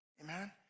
Amen